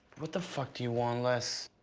what the fuck do you want, les?